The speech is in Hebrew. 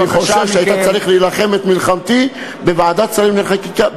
אני חושב שהיית צריך להילחם את מלחמתי בוועדת שרים לחקיקה,